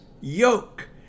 yoke